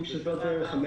אני חושב שזו דרך המלך